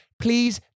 Please